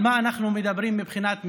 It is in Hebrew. על מה אנחנו מדברים מבחינת מספרים?